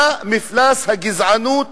מה מפלס הגזענות ברחוב,